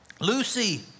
Lucy